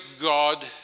God